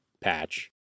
patch